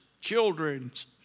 children's